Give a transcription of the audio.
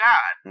God